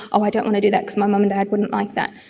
um i don't want to do that because my mum and dad wouldn't like that.